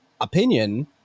opinion